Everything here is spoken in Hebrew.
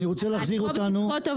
אני רוצה להחזיר אותנו.